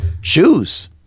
shoes